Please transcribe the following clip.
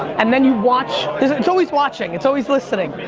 and then you watch, it's always watching, it's always listening.